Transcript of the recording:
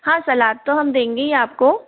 हाँ सलाद तो हम देंगे ही आपको